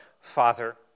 Father